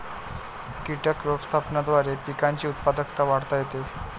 कीटक व्यवस्थापनाद्वारे पिकांची उत्पादकता वाढवता येते